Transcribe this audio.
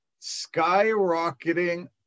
skyrocketing